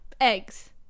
eggs